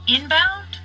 inbound